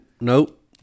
nope